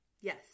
Yes